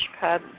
pub